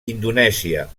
indonèsia